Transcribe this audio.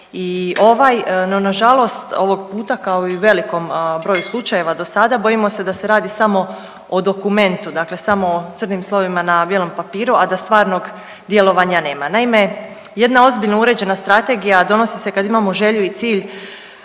i ovaj. No na žalost ovog puta kao i u velikom broju slučajeva do sada bojimo se da se radi samo o dokumentu, dakle samo o crnim slovima na bijelom papiru, a da stvarnog djelovanja nema. Naime, jedna ozbiljno uređena strategija donosi se kad imamo želju i cilj